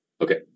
Okay